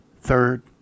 third